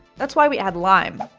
that's why we add lime.